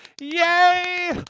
Yay